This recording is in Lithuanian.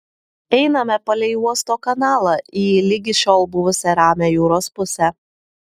einame palei uosto kanalą į ligi šiol buvusią ramią jūros pusę